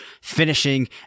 finishing